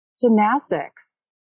Gymnastics